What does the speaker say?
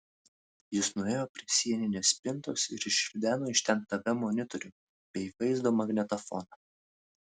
jis nuėjo prie sieninės spintos ir išrideno iš ten tv monitorių bei vaizdo magnetofoną